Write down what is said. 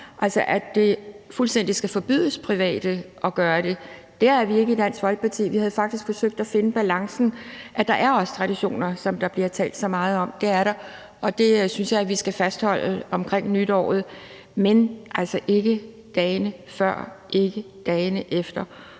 at det fuldstændig skal forbydes private at gøre det. Dér er vi ikke i Dansk Folkeparti. Vi havde faktisk forsøgt at finde balancen: Der er også traditioner, som der bliver talt så meget om. Det er der, og det synes jeg at vi skal fastholde omkring nytåret, men altså ikke i dagene før, ikke i dagene efter,